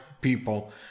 people